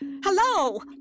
Hello